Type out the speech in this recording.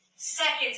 seconds